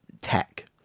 tech